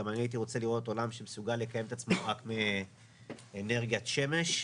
גם אני הייתי רוצה לראות עולם שמסוגל לקיים את עצמו רק מאנרגיית שמש.